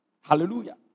Hallelujah